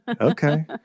Okay